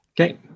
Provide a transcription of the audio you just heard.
Okay